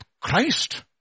Christ